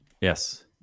Yes